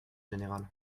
générale